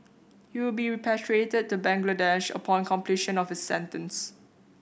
he will be repatriated to Bangladesh upon completion of his sentence